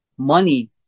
money